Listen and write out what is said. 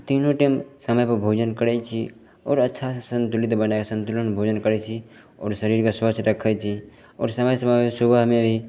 तीनो टाइम समयपर भोजन करै छी आओर अच्छासे सन्तुलित बनै सन्तुलन भोजन करै छी आओर शरीरके स्वस्थ राखै छी आओर समय समयपर सुबहमे भी